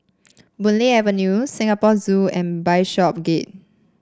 Boon Lay Avenue Singapore Zoo and Bishopsgate